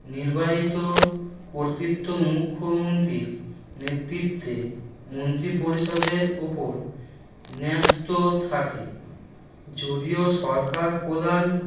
নির্বাহিত কর্তৃত্ব মুখ্যমন্ত্রীর নেতৃত্বে মন্ত্রী পরিষদের ওপর ন্যস্ত থাকে যদিও সরকার প্রধান